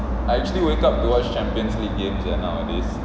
I actually wake up to watch champions league games eh nowadays